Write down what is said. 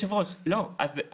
ראשית,